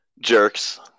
jerks